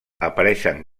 apareixen